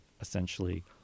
essentially